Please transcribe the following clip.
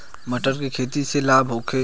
मटर के खेती से लाभ होखे?